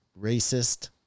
Racist